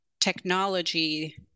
technology